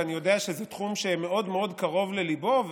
ואני יודע שזה תחום שמאוד קרוב לליבו,